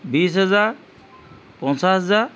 বিছ হেজাৰ পঞ্চাছ হেজাৰ